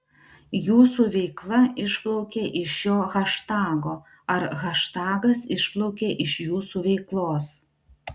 jūsų veikla išplaukė iš šio haštago ar haštagas išplaukė iš jūsų veiklos